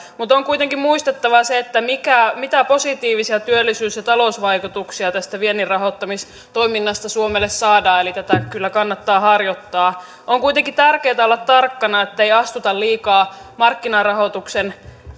mutta on kuitenkin muistettava se mitä positiivisia työllisyys ja talousvaikutuksia tästä vienninrahoittamistoiminnasta suomelle saadaan eli tätä kyllä kannattaa harjoittaa on kuitenkin tärkeätä olla tarkkana ettei astuta liikaa markkinarahoituksen